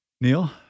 Neil